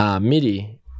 MIDI